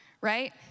right